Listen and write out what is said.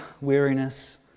weariness